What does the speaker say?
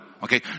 Okay